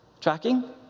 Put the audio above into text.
Tracking